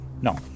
no